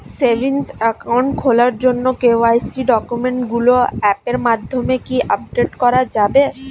Savings account খোলার জন্য KYC ডকুমেন্টগুলো অ্যাপের মাধ্যমে কি আপডেট করা যাবে?